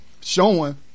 showing